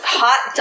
hot